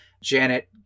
Janet